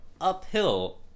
uphill